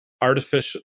artificial